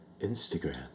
Instagram